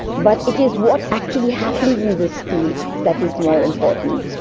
but it is what actually happens in this school that is more important.